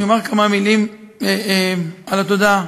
אני אומר כמה מילים על התודעה.